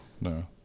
no